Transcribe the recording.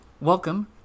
welcome